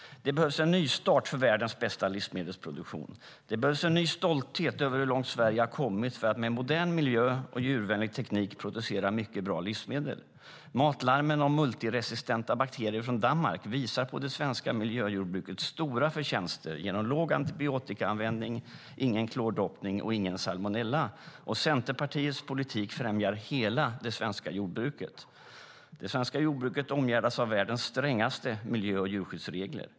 Det behövs en nystart för världens bästa livsmedelsproduktion. Det behövs en ny stolthet över hur långt Sverige har kommit i att med modern miljö och djurvänlig teknik producera mycket bra livsmedel. Matlarmen från Danmark om multiresistenta bakterier visar på det svenska miljöjordbrukets stora förtjänster: låg antibiotikaanvändning, ingen klordoppning och ingen salmonella. Centerpartiets politik främjar hela det svenska jordbruket. Det svenska jordbruket omgärdas av världens strängaste miljö och djurskyddsregler.